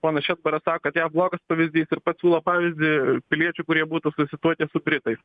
ponas šedbaras sako kad jav blogas pavyzdys ir pats siūlo pavyzdį piliečių kurie būtų susituokę su britais